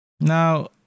Now